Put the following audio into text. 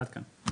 עד כאן.